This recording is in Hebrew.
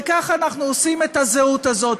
וכך אנחנו עושים את הזהות הזאת.